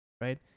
right